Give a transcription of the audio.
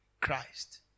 Christ